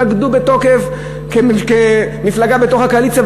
שהתנגדו בתוקף כמפלגה בתוך הקואליציה,